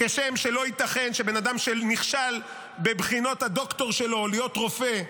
כשם שלא ייתכן שבן אדם שנכשל בבחינות הדוקטור שלו להיות רופא,